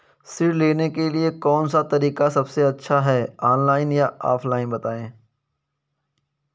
ऋण लेने के लिए कौन सा तरीका सबसे अच्छा है ऑनलाइन या ऑफलाइन बताएँ?